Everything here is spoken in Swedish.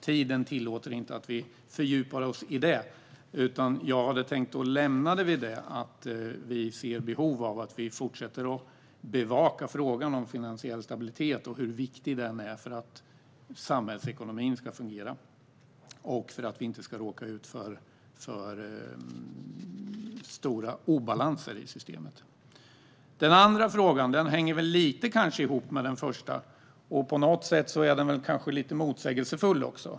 Tiden tillåter inte att vi fördjupar oss i det. Jag vill bara säga att vi ser behov av att vi fortsätter att bevaka frågan om finansiell stabilitet och hur viktig den är för att samhällsekonomin ska fungera och för att vi inte ska råka ut för stora obalanser i systemet. Den andra frågan hänger väl lite ihop med den första. På något sätt är den kanske lite motsägelsefull också.